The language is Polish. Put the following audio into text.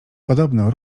podobno